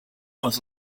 was